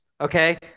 okay